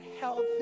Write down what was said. healthy